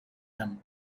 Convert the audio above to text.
him